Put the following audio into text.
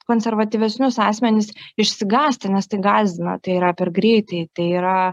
konservatyvesnius asmenis išsigąsti nes tai gąsdina tai yra per greitai tai yra